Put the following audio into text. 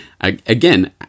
Again